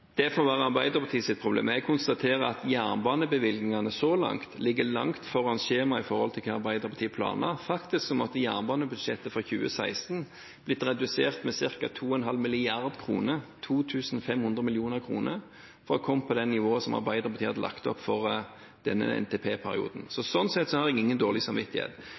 Det får være Arbeiderpartiets problem. Jeg konstaterer at jernbanebevilgningene så langt ligger langt foran skjemaet i forhold til hva Arbeiderpartiet planla. Faktisk måtte jernbanebudsjettet for 2016 ha blitt redusert med ca. 2,5 mrd. kr – 2 500 mill. kr – for å komme på det nivået som Arbeiderpartiet hadde lagt opp for denne NTP-perioden. Så sånn sett har jeg ingen dårlig samvittighet.